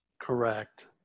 Correct